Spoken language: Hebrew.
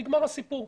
נגמר הסיפור.